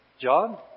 John